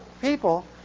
people